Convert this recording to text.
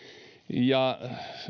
ja